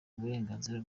uburenganzira